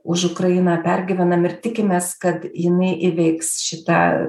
už ukrainą pergyvenam ir tikimės kad jinai įveiks šitą